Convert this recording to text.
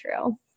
true